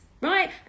right